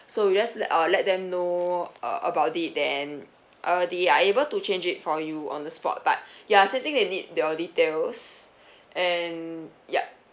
so you just let uh let them know uh about it then uh they are able to change it for you on the spot but ya same thing they'll need your details and yup